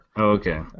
Okay